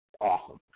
awesome